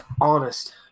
honest